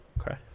Okay